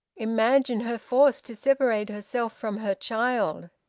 imagine her forced to separate herself from her child!